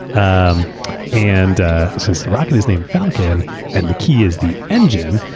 um and since the rocket is named falcon and the key is the engine,